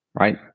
right